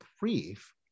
brief